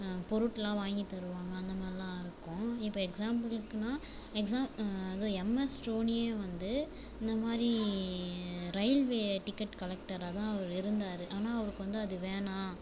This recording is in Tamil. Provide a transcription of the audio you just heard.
பொருளெலாம் வாங்கி தருவாங்க அந்தமாதிரிலாம் இருக்கும் இப்போ எக்ஸாம்பிளுக்குனா எக்ஸா அதான் எம்எஸ் தோணியே வந்து இந்தமாதிரி ரெயில்வே டிக்கட் கலெக்டராக தான் அவர் இருந்தார் ஆனால் அவருக்கு வந்து அது வேணாம்